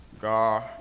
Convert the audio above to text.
God